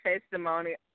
testimony